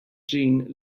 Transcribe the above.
jeanne